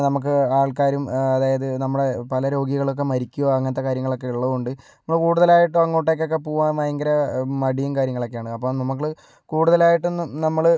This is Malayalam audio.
നമുക്ക് ആൾക്കാരും അതായത് നമ്മുടെ പല രോഗികൾ ഒക്കെ മരിക്കുമോ അങ്ങനത്തെ കാര്യങ്ങളൊക്കെ ഉള്ളതുകൊണ്ട് നമ്മൾ കൂടുതലായിട്ടും അങ്ങോട്ടേക്ക് ഒക്കെ പോകാൻ ഭയങ്കര മടിയും കാര്യങ്ങളുമൊക്കെയാണ് അപ്പം നമ്മൾ കൂടുതലായിട്ടും ന നമ്മൾ ഈ